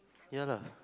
yeah lah